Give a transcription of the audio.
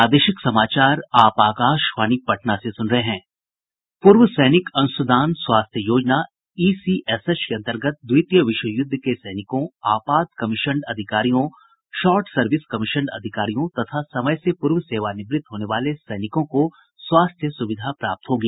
पूर्वसैनिक अंशदान स्वास्थ्य योजना ईसीएचएस के अंतर्गत द्वितीय विश्व युद्ध के सैनिकों आपात कमीशंड अधिकारियों शॉर्ट सर्विस कमीशंड अधिकारियों तथा समय से पूर्व सेवानिवृत्त होने वाले सैनिकों को स्वास्थ्य सुविधा प्राप्त होगी